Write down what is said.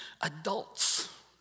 adults